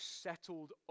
settled